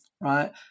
right